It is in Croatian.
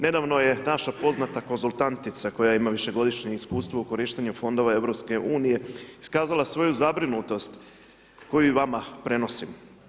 Nedavno je naša poznata konzultacija, koja ima višegodišnje iskustvo u korištenju fondova EU, iskazala svoju zabrinutost koju vama prenosim.